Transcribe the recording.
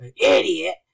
idiot